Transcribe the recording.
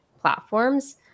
platforms